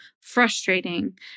frustrating